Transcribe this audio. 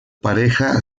pareja